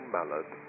Mallard